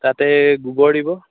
তাতে গোবৰ দিব